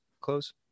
Close